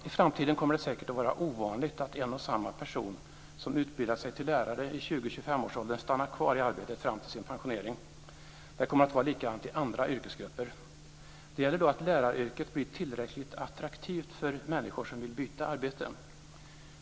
I framtiden kommer det säkert att vara ovanligt att en person som utbildar sig till lärare i 20-25-årsåldern stannar kvar i arbetet fram till sin pensionering. Det kommer att vara likadant i andra yrkesgrupper. Det gäller då att läraryrket blir tillräckligt attraktivt för människor som vill byta arbete.